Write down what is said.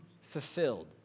fulfilled